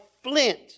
flint